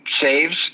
saves